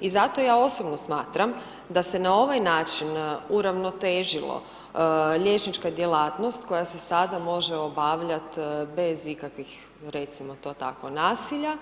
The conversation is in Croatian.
I zato je osobno smatram da se na ovaj način uravnotežilo liječnička djelatnost koja se sada može obavljat bez ikakvih, recimo to tako, nasilja,